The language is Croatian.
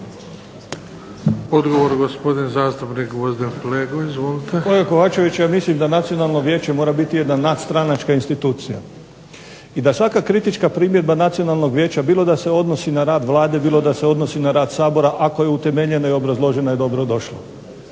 Flego. Izvolite. **Flego, Gvozden Srećko (SDP)** Kolega Kovačević ja mislim da Nacionalno vijeće mora biti jedna nadstranačka institucija i da svaka kritička primjedba Nacionalnog vijeća bilo da se odnosi na rad Vlade, bilo da se odnosi na rad Sabora ako je utemeljeno i obrazloženo je dobrodošlo.